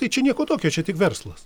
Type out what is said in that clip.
tai čia nieko tokio čia tik verslas